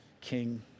king